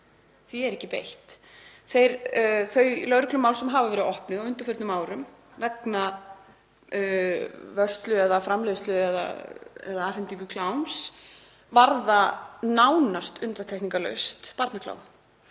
er ekki beitt. Þau lögreglumál sem hafa verið opnuð á undanförnum árum, vegna vörslu, framleiðslu eða afhendingar kláms, varða nánast undantekningarlaust barnaklám.